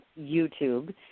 YouTube